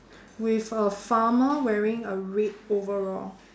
with a farmer wearing a red overall